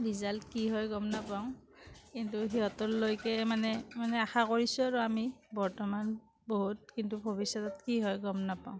result কি হয় গম নাপাওঁ কিন্তু সিহঁতৰলৈকে মানে মানে আশা কৰিছোঁ আৰু আমি বৰ্তমান বহুত কিন্তু ভৱিষ্যতত কি হয় গম নাপাওঁ